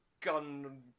gun